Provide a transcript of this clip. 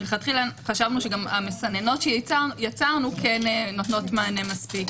מלכתחילה חשבנו שגם המסננות שיצרנו כן נותנות מענה מספיק.